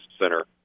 Center